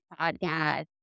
podcast